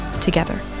together